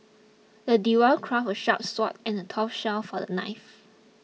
the crafted a sharp sword and a tough shield for the knight